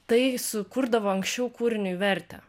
tai sukurdavo anksčiau kūriniui vertę